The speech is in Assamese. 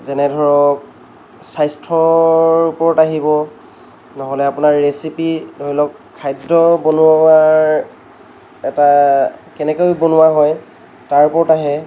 যেনে ধৰক স্বাস্থ্যৰ ওপৰত আহিব নহ'লে আপোনাৰ ৰেচিপি ধৰিলওক খাদ্যৰ বনোৱাৰ এটা কেনেকৈ বনোৱা হয় তাৰ ওপৰত আহে